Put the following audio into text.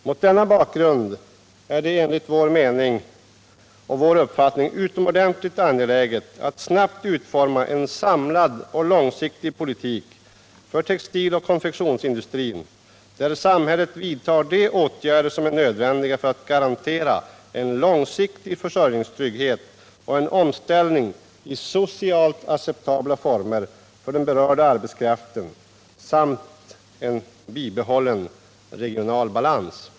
Mot denna bakgrund är det enligt vår uppfattning utomordentligt angeläget att snabbt utforma en samlad och långsiktig politik för textiloch konfektionsindustrin, där samhället vidtar åtgärder som är nödvändiga för att garantera en långsiktig försörjningstrygghet och en omställning i socialt acceptabla former för den berörda arbetskraften samt en bibehållen regional balans.